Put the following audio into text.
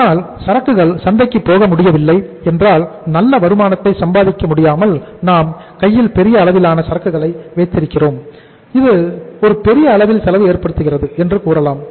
அதனால் சரக்குகள் சந்தைக்கு போக முடியவில்லை என்றால் நல்ல வருமானத்தை சம்பாதிக்க முடியாமல் நாம் கையில் பெரிய அளவிலான சரக்குகளைவைத்திருக்கிறோம் இது ஒரு பெரிய அளவில் செலவு ஏற்படுத்துகிறது என்று கூறலாம்